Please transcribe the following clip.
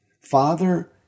Father